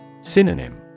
Synonym